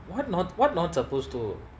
why not what not supposed to